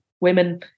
women